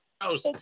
house